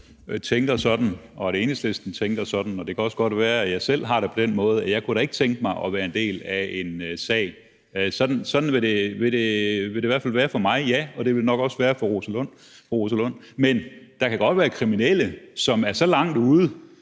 og Enhedslisten tænker sådan, og jeg har det også selv på den måde, at jeg da ikke kunne tænke mig at være en del af en sag. Sådan vil det i hvert fald være for mig, ja, og det vil det nok også være for fru Rosa Lund. Men der kan godt være kriminelle, som er så langt ude,